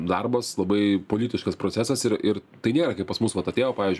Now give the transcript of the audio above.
darbas labai politiškas procesas ir ir tai nėra kaip pas mus vat atėjo pavyzdžiui